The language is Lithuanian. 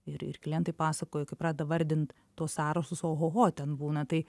ir ir klientai pasakoja kai pradeda vardint tuos sąrašus ohoho ten būna tai